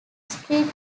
street